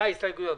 אה, הסתייגויות.